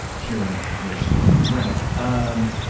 hearing your story. right. um